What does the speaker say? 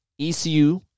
ECU